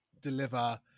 deliver